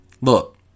Look